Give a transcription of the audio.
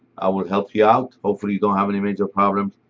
i will help you out. hopefully, you don't have any major problems.